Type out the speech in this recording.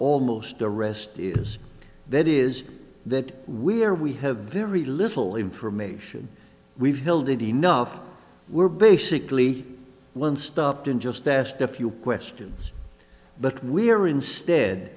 almost arrest that is that we're we have very little information we've filled it enough we're basically one stop in just asked a few questions but we're instead